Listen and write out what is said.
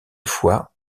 fois